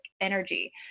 energy